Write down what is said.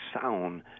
sound